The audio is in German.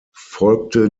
folgte